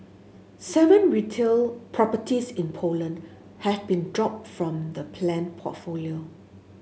seven retail properties in Poland have been dropped from the planned portfolio